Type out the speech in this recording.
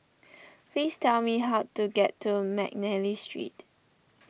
please tell me how to get to McNally Street